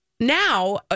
Now